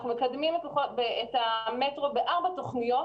אנחנו מקדמים את המטרו בארבע תוכניות